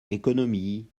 économie